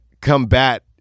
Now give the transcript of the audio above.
combat